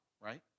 right